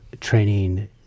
training